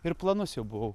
ir planus jau buvau